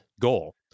goal